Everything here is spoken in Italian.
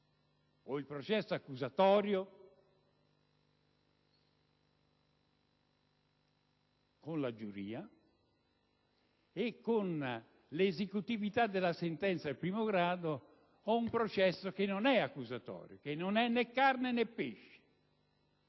tra il processo accusatorio, con la giuria e con l'esecutività della sentenza di primo grado, e un processo che non è accusatorio, ma che non è «né carne né pesce».